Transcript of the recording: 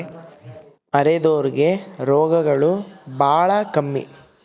ಅರೆದೋರ್ ಗೆ ರೋಗಗಳು ಬಾಳ ಕಮ್ಮಿ